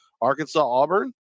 Arkansas-Auburn